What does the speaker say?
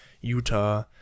utah